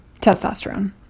Testosterone